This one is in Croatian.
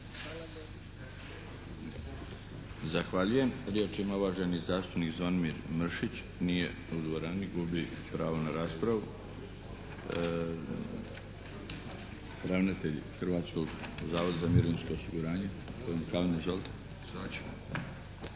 Zahvaljujem. Riječ ima uvaženi zastupnik Zvonimir Mršić. Nije u dvorani. Gubi pravo na raspravu. Ravnatelj Hrvatskog zavoda za mirovinsko osiguranje gospodin